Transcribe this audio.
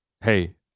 hey